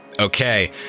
Okay